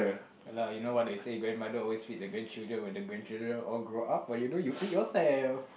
ya lah you know what they say grandmother always hit the grandchildren when the grandchildren all grow up why you don't you hit yourself